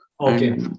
okay